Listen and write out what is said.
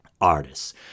artists